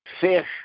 fish